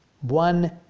One